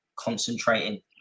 concentrating